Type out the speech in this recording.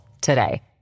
today